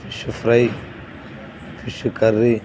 fish fry fish curry